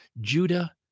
Judah